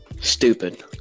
Stupid